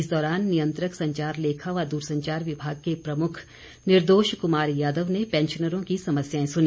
इस दौरान नियंत्रक संचार लेखा व दूरसंचार विभाग के प्रमुख निर्दोष कुमार यादव ने पैंशनरों की समस्याएं सुनी